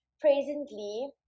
presently